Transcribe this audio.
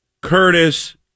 Curtis